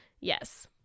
yes